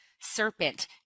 serpent